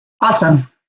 awesome